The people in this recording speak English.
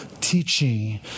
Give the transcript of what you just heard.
teaching